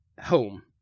home